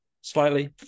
Slightly